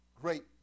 great